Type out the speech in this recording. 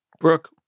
Brooke